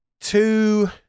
two